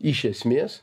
iš esmės